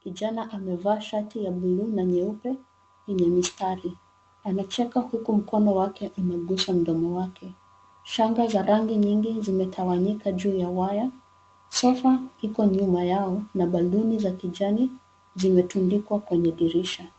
Kijana amevaa shati ya buluu na nyeupe yenye mistari. Anacheka huku mkono wake umegusa mdomo wake. Shanga za rangi nyingi zimetawanyika juu ya waya. Sofa iko nyuma yao na balooni za kijani zimetundikwa kwenye dirisha.